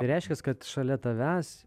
tai reiškia kad šalia tavęs